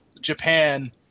Japan